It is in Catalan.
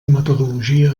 metodologia